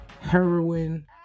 Heroin